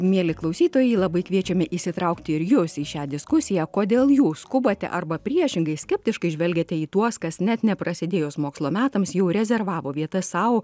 mieli klausytojai labai kviečiame įsitraukti ir jus į šią diskusiją kodėl jūs skubate arba priešingai skeptiškai žvelgiate į tuos kas net neprasidėjus mokslo metams jau rezervavo vietas sau